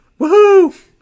Woohoo